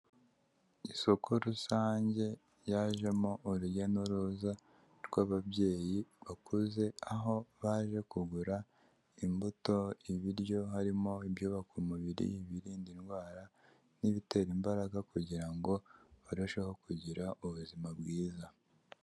Isoko rusange yajemo urujya n'uruza rw'ababyeyi bakuze aho baje kugura imbuto, ibiryo harimo ibyubaka umubiri birinda indwara n'ibitera imbaraga kugira ngo barusheho kugira ubuzima bwiza.